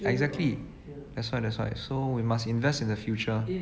exactly that's why that's why so we must invest in the future